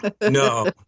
No